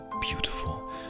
beautiful